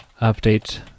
update